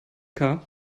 car